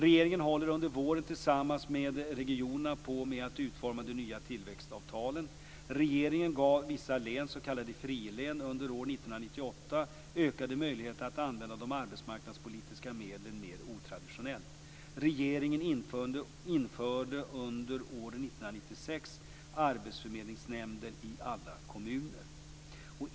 Regeringen håller under våren tillsammans med regionerna på med att utforma de nya tillväxtavtalen. 1998 ökade möjligheter att använda de arbetsmarknadspolitiska medlen mer otraditionellt. - Regeringen införde under år 1996 arbetsförmedlingsnämnder i alla kommuner.